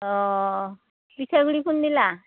অঁ পিঠাগুৰি খুন্দিলা